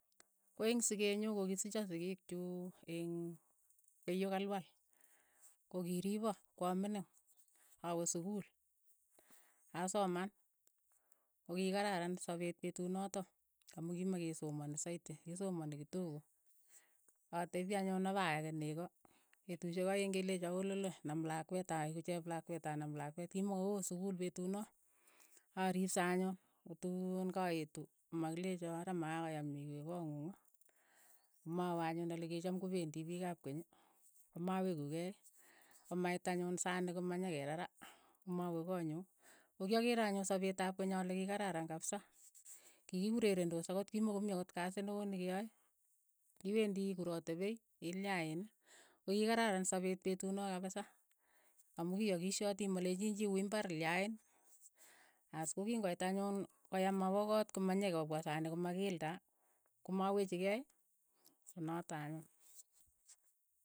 Ko ing siket nyuu kokisicho sikiik chu eng' keiyo kalwal, ko ki riipo ko amingin, awe sukul, asoman, kokikararan sapeet petut notok amu kimekesomani saiti, kikisomani kitogo. atepi anyun apa yake neko, petushiek aeng' kelecho o'loolo, nam lakwet, aeku cheplakwet anam lakwet ki mo koo sukul petut noo, aripse anyun, kotuun kaetu makilecho ara makakoyam iwe koong'ung, ko mawe anyun olikicham kopendi piik ap keny, ko ma weku kei, ko mait anyun saniik komanyekerara, ko mawe koonyu, ko kiakeere anyun sapeet ap keeny ale ki kararan kapsa ki ki urerendoos akot ki mokomii akot kasi ne oo ne ke yae. Kii wendii ikurate pei, ilyain, ko ki kararan sapeet petut noo kapisa, amu ki a kishatii malechin chii wui imbar lyain, as ko kingoit anyun ko yaam awa koot komanyekopwa saniik komakiilda, ko ma wechikei, ko notok anyun.